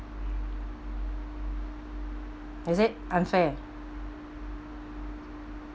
is it unfair